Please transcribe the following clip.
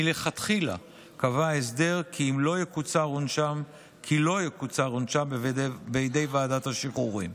מלכתחילה קבע ההסדר כי לא יקוצר עונשם בידי ועדת השחרורים.